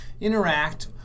interact